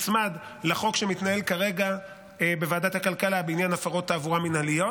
לחוק שמתנהל כרגע בוועדת הכלכלה בעניין הפרות תעבורה מינהליות,